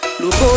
look